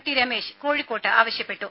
T Ramesh കോഴിക്കോട്ട് ആവശ്യപ്പെട്ടു